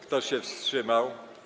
Kto się wstrzymał?